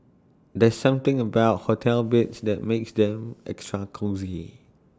there's something about hotel beds that makes them extra cosy